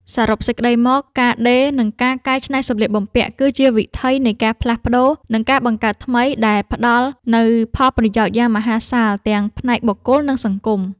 សរុបសេចក្ដីមក ការដេរ និងការកែច្នៃសម្លៀកបំពាក់ គឺជាវិថីនៃការផ្លាស់ប្តូរ និងការបង្កើតថ្មី ដែលផ្ដល់នូវផលប្រយោជន៍យ៉ាងមហាសាលទាំងផ្នែកបុគ្គល និងសង្គម។